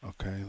Okay